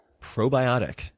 probiotic